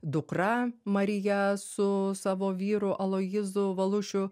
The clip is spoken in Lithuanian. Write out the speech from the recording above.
dukra marija su savo vyru aloyzu valiušiu